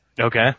Okay